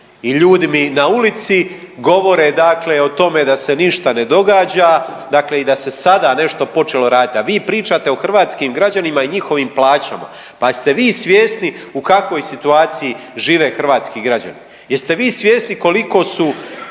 I ljudi mi na ulici govore dakle o tome da se ništa ne događa, dakle da se i sada nešto počelo raditi, a vi pričate o hrvatskim građanima i njihovim plaćama, pa jeste vi svjesni u kakvoj situaciji žive hrvatski građani. Jeste vi svjesni koliko su